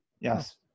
yes